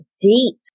deep